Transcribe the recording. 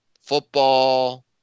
football